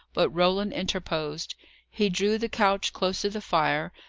but roland interposed. he drew the couch close to the fire,